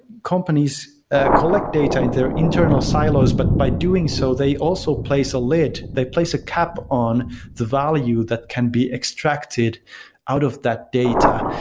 companies collect data in their internal silos, but by doing so they also place a lid, they place a cap on the value that can be extracted out of that data,